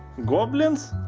goblins